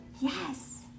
yes